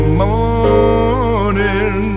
morning